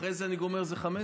אחרי זה אני גומר, זה 15?